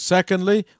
Secondly